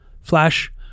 Flash